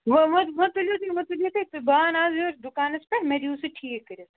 وۄنۍ وۄنۍ تُلِو تُہۍ وۄنۍ تُلِو تُہۍ بہٕ انہٕ آز یہِ دُکانَس پٮ۪ٹھ مےٚ دِیِو سُہ ٹھیٖک کٔرِتھ